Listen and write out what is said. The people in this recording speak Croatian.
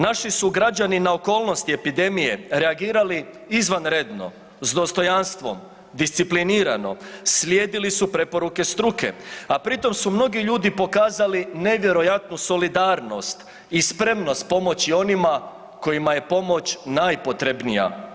Naši su građani na okolnosti epidemije reagirali izvanredno, s dostojanstvom, disciplinirano, slijedili su preporuke struke, a pri tom su mnogi ljudi pokazali nevjerojatnu solidarnost i spremnost pomoći onima kojima je pomoć najpotrebnija.